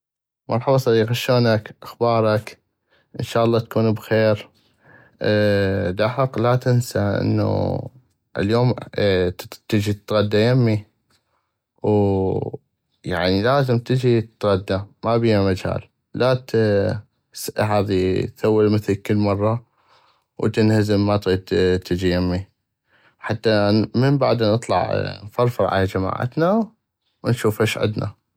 مرحبا صديقي اشونك اخبارك ان شاء الله تكون بخير دحق لا تنسى انو اليوم تجي تتغدى يمي ولازم تجي تتغدى ما بيا مجال لا هذي تثولا مثل كل مرة وتنهزم ما تغيد تجي يمي حتى من بعدا نطلع نفرفر على جماعتنا ونشوف اش عدنا.